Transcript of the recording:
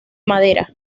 madera